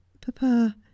Papa